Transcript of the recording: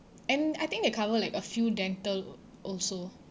and I think they cover like a few dental also